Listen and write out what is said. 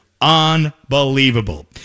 Unbelievable